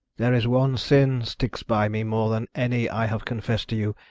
there is one sin sticks by me more than any i have confessed to you.